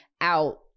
out